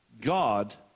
God